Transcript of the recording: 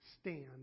stand